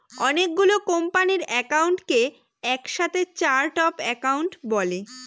অনেকগুলো কোম্পানির একাউন্টকে এক সাথে চার্ট অফ একাউন্ট বলে